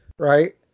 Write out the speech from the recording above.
Right